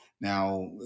Now